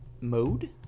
mode